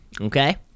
okay